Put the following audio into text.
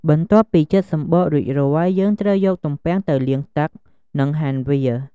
បន្ទាប់ពីចិតសំបករួចរាល់ យើងត្រូវយកទំពាំងទៅលាងទឹក និងហាន់វា។